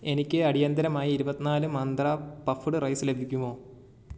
എനിക്ക് അടിയന്തിരമായി ഇരുപത്തി നാല് മന്ത്ര പഫ്ഡ് റൈസ് ലഭിക്കുമോ